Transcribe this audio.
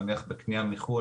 נניח בקנייה מחו"ל,